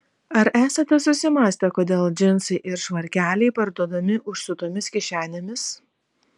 ar esate susimąstę kodėl džinsai ir švarkeliai parduodami užsiūtomis kišenėmis